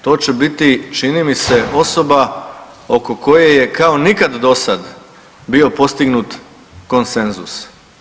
To će biti, čini mi se osoba oko koje je, kao nikad dosad bio postignut konsenzus.